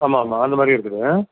ஆமாம் ஆமாம் அந்த மாதிரி இருக்குது